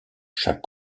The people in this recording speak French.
chaque